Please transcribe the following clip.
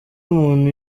umuntu